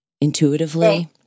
intuitively